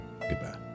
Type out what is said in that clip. goodbye